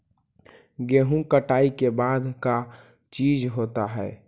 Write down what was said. गेहूं कटाई के बाद का चीज होता है?